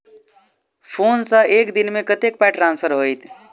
Phone सँ एक दिनमे कतेक पाई ट्रान्सफर होइत?